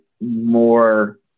more